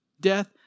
Death